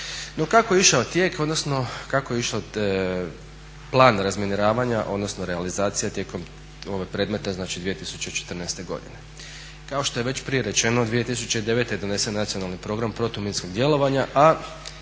kako je išao tijek odnosno kako je išao plan razminiravanja odnosno realizacija tijekom ovog predmeta znači 2014.godine? Kao što je već prije rečeno 2009.je donesen Nacionalni program protuminskog djelovanja, a